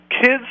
kids